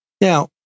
Now